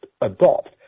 adopt